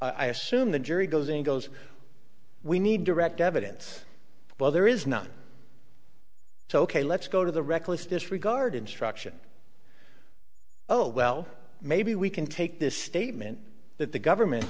i assume the jury goes in goes we need to read evidence while there is none so ok let's go to the reckless disregard instruction oh well maybe we can take this statement that the government